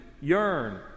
yearn